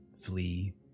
flee